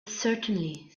certainly